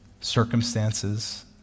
circumstances